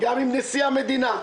גם עם נשיא המדינה,